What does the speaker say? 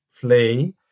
play